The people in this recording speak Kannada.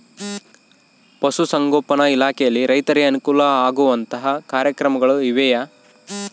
ಪಶುಸಂಗೋಪನಾ ಇಲಾಖೆಯಲ್ಲಿ ರೈತರಿಗೆ ಅನುಕೂಲ ಆಗುವಂತಹ ಕಾರ್ಯಕ್ರಮಗಳು ಇವೆಯಾ?